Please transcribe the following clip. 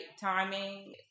timing